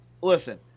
Listen